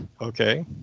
okay